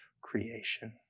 creation